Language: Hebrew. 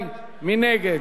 מי נגד?